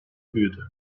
büyüdü